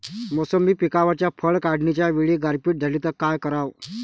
मोसंबी पिकावरच्या फळं काढनीच्या वेळी गारपीट झाली त काय कराव?